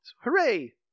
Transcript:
Hooray